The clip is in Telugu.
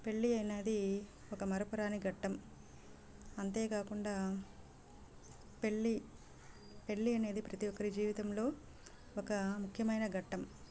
పెళ్ళి అనేది ఒక మరపురాని ఘట్టం అంతే కాకుండా పెళ్ళి పెళ్ళి అనేది ప్రతీ ఒక్కరి జీవితంలో ఒక ముఖ్యమైన ఘట్టం